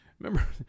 Remember